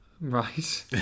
Right